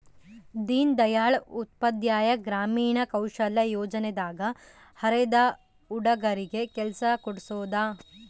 ದೀನ್ ದಯಾಳ್ ಉಪಾಧ್ಯಾಯ ಗ್ರಾಮೀಣ ಕೌಶಲ್ಯ ಯೋಜನೆ ದಾಗ ಅರೆದ ಹುಡಗರಿಗೆ ಕೆಲ್ಸ ಕೋಡ್ಸೋದ